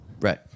Right